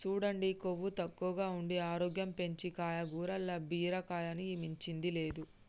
సూడండి కొవ్వు తక్కువగా ఉండి ఆరోగ్యం పెంచీ కాయగూరల్ల బీరకాయని మించింది లేదు